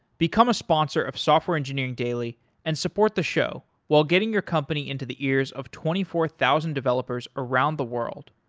become a sponsor of software engineering daily and support the show while getting your company into the ears of twenty four thousand developers around the world.